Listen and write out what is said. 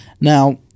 now